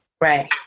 Right